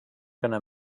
gonna